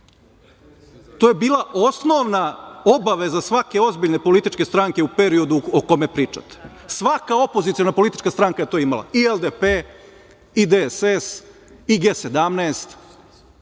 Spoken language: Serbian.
je bila osnovna obaveza svake ozbiljne političke stranke u periodu o kome pričate, svaka opoziciona politička stranka je to imala i LDP i DS i G17,